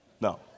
No